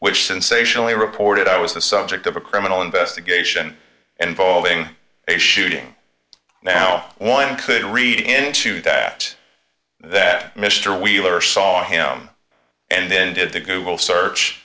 which sensationally reported i was the subject of a criminal investigation involving a shooting now one could read into that that mr wheeler saw him and then did the google search